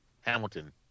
Hamilton